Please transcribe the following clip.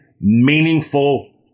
meaningful